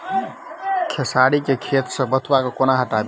खेसारी केँ खेत सऽ बथुआ केँ कोना हटाबी